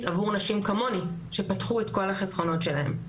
עבור נשים כמוני שפתחו את כל החסכונות שלהן.